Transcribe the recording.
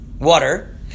water